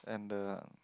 and the